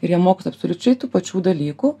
ir jie mokosi absoliučiai tų pačių dalykų